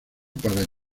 para